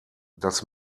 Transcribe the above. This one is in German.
das